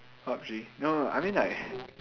PUB-G no no I mean like